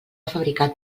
fabricat